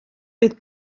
oedd